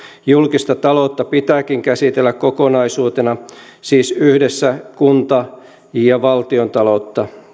julkista taloutta pitääkin käsitellä kokonaisuutena siis kunta ja valtiontaloutta